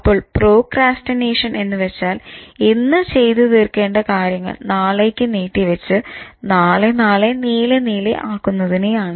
അപ്പോൾ പ്രോക്രാസ്റ്റിനേഷൻ എന്നുവച്ചാൽ ഇന്ന് ചെയ്ത് തീർക്കേണ്ട കാര്യങ്ങൾ നാളേയ്ക്ക് നീട്ടി വച്ച് "നാളെ നാളെ നീളെ നീളെ" ആകുന്നതിനെയാണ്